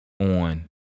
on